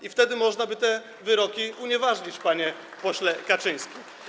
I wtedy można by te wyroki unieważnić, panie pośle Kaczyński.